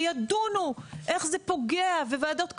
וידונו איך זה פוגע וועדות קבלה.